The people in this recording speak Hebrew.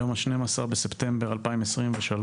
היום ה-12 בספטמבר 2023,